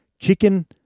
Chicken